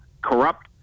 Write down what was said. corrupt